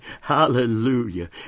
hallelujah